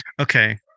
Okay